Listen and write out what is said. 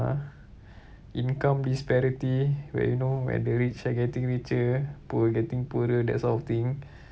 uh income disparity where you know when the rich are getting richer poor getting poorer that sort of thing